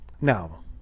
Now